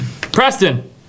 Preston